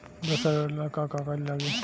व्यवसाय ऋण ला का का कागज लागी?